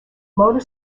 motor